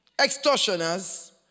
extortioners